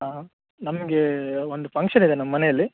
ಆ ನಮಗೆ ಒಂದು ಫಂಕ್ಷನ್ ಇದೆ ನಮ್ಮ ಮನೆಯಲ್ಲಿ